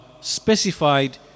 specified